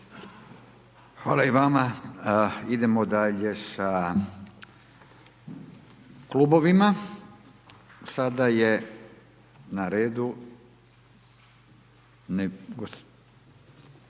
(Nezavisni)** Idemo dalje sa klubovima. Sada je na redu